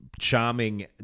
charming